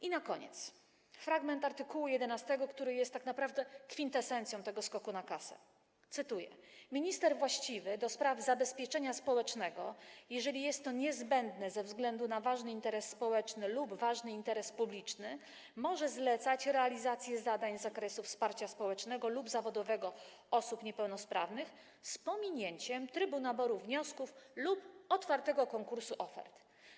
I na koniec fragment art. 11, który jest tak naprawdę kwintesencją tego skoku na kasę, cytuję: Minister właściwy do spraw zabezpieczenia społecznego, jeżeli jest to niezbędne ze względu na ważny interes społeczny lub ważny interes publiczny, może zlecać realizację zadań z zakresu wsparcia społecznego lub zawodowego osób niepełnosprawnych z pominięciem trybu naboru wniosków lub otwartego konkursu ofert.